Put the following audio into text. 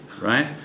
right